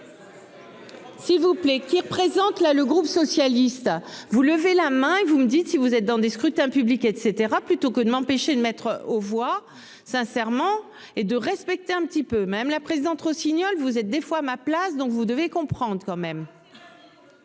S'il vous plaît, qui représente la le groupe socialiste. Vous levez la main et vous me dites si vous êtes dans des scrutins publics etc. Plutôt que de m'empêcher de mettre aux voix sincèrement et de respecter un petit peu même la présidente Rossignol. Vous êtes des fois ma place, donc vous devez comprendre quand même.